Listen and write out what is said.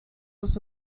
los